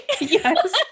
yes